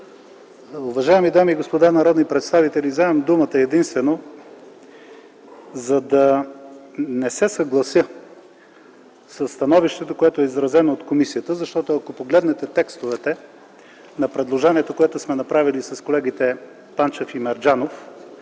Уважаеми дами и господа народни представители, вземам думата единствено, за да не се съглася със становището, което е изразено от комисията, защото, ако погледнете текстовете на предложението, което сме направили с колегите Станчев и Мерджанов,